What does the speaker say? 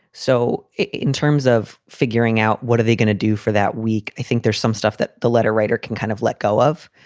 so in terms of figuring out what are they going to do for that week, i think there's some stuff that the letter writer can kind of let go of.